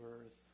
earth